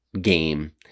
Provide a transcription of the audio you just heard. game